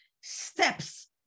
steps